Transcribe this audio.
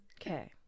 Okay